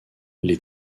les